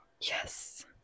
Yes